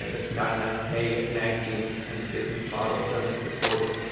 so there's not enough pay at magazines, and the business model doesn't support it.